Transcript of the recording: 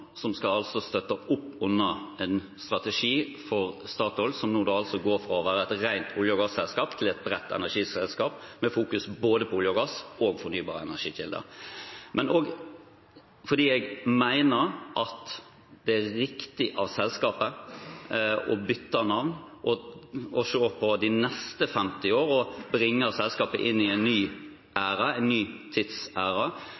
altså skal støtte opp under en strategi for Statoil, som nå går fra å være et rent olje- og gasselskap til et bredt energiselskap som fokuserer både på olje og gass og fornybare energikilder – og fordi jeg mener at det er riktig av selskapet å bytte navn og se på de neste 50 årene og bringe selskapet inn i en ny